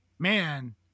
Man